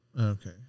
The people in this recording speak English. Okay